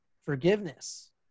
forgiveness